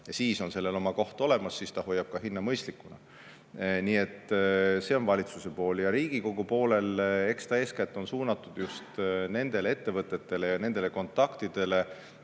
siis on sellel oma koht ja siis ta hoiab ka hinna mõistlikuna. Nii et see on valitsuse pool. Ja Riigikogu poolel eks ta eeskätt on suunatud just nendele ettevõtetele ja nendele kontaktidele,